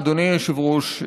אדוני היושב-ראש,